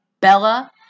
Bella